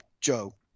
Joe